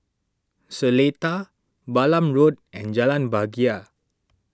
Seletar Balam Road and Jalan Bahagia